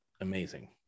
amazing